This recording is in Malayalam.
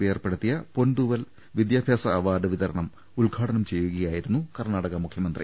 പി ഏർപ്പെടുത്തിയ പൊൻതൂവൽ വിദ്യാ ഭ്യാസ അവാർഡ് വിതരണം ഉദ്ഘാടനം ചെയ്യുകയാ യിരുന്നു കർണ്ണാടക മുഖ്യമന്ത്രി